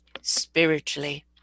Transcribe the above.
spiritually